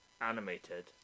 animated